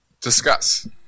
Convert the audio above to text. discuss